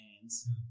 hands